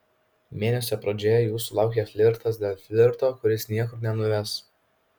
mėnesio pradžioje jūsų laukia flirtas dėl flirto kuris niekur nenuves